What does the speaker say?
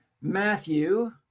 Matthew